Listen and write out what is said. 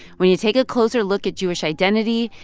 when you take a closer look at jewish identity,